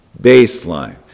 baseline